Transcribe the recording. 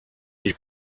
ich